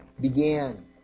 began